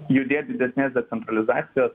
judėt didesnės decentralizacijos